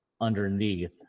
underneath